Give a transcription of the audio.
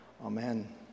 Amen